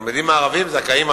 התלמידים הערבים זכאים,